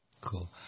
Cool